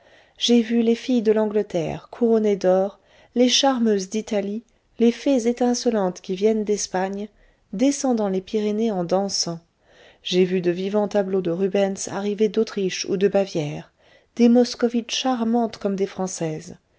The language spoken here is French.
j'ai vu les filles de l'angleterre couronnées d'or les charmeuses d'italie les fées étincelantes qui viennent d'espagne descendant les pyrénées en dansant j'ai vu de vivants tableaux de rubens arriver d'autriche ou de bavière des moscovites charmantes comme des françaises